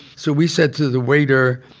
so we said to the waiter,